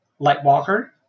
Lightwalker